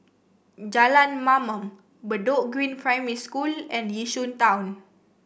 Jalan Mamam Bedok Green Primary School and Yishun Town